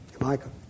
Michael